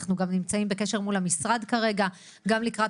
אנחנו נמצאים בקשר מול המשרד כרגע לקראת